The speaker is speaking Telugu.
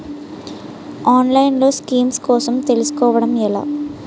ఆన్లైన్లో స్కీమ్స్ కోసం తెలుసుకోవడం ఎలా?